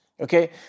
okay